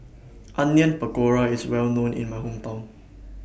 Onion Pakora IS Well known in My Hometown